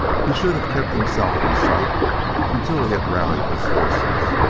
he should have kept himself from sight until he had rallied his forces.